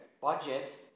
budget